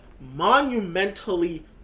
monumentally